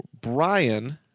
Brian –